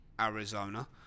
Arizona